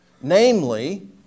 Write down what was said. namely